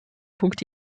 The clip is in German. punkt